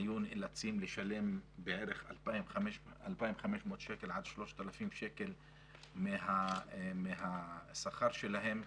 היו נאלצים לשלם בערך 2,500 שקלים עד 3,000 שקלים מהשכר שלהם,